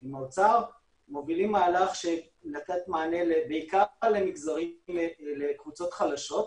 הם מובילים מהלך של לתת מענה בעיקר לקבוצות חלשות,